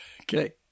Okay